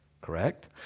correct